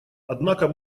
однако